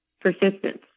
persistence